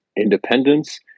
independence